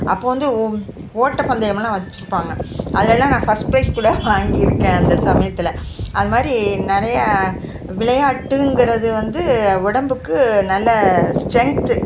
அப்போ வந்து ஓட்ட பந்தயமெலாம் வச்சுருப்பாங்க அதில் எல்லாம் நான் ஃபஸ்ட் பிரைஸ் கூட வாங்கியிருக்கேன் அந்த சமயத்தில் அது மாதிரி நிறைய விளையாட்டுங்கிறது வந்து உடம்புக்கு நல்ல ஸ்ட்ரென்த்து